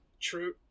True